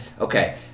okay